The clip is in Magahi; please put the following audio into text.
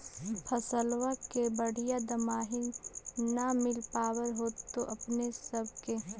फसलबा के बढ़िया दमाहि न मिल पाबर होतो अपने सब के?